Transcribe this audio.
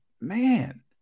man